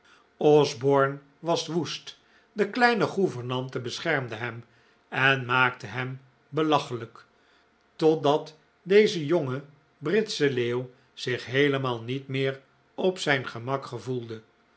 osborne was woest de kleine gouvernante beschermde hem en maakte hem belachelijk totdat deze jonge britsche leeuw zich heelemaal niet meer op zijn gemak gevoelde